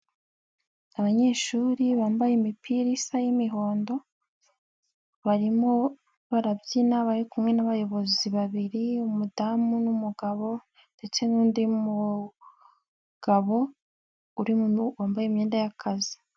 Abanyeshuri bambaye imipira isa y'imihondo barimo barabyina bari kumwe n'abayobozi babiri umugore n'umugabo ndetse n'undi mugabo ubarimo wambaye imyenda y'akazi.